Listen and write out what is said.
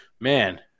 man